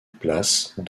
places